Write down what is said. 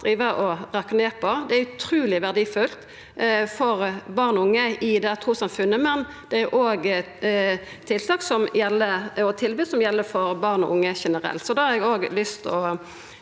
Det er utruleg verdifullt for barn og unge i det trussamfunnet, men det er òg tiltak og tilbod som gjeld barn og unge generelt.